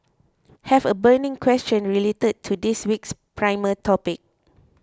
have a burning question related to this week's primer topic